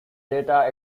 zeta